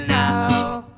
now